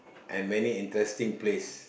and many interesting place